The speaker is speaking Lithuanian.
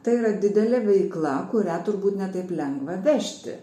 tai yra didelė veikla kurią turbūt ne taip lengva vežti